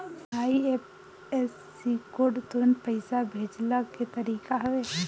IFSC code तुरंत पईसा भेजला के तरीका हवे